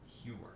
humor